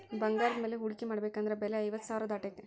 ಬಂಗಾರದ ಮ್ಯಾಲೆ ಹೂಡ್ಕಿ ಮಾಡ್ಬೆಕಂದ್ರ ಬೆಲೆ ಐವತ್ತ್ ಸಾವ್ರಾ ದಾಟೇತಿ